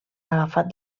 agafat